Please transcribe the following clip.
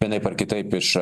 vienaip ar kitaip iš